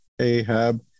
Ahab